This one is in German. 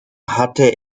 hatte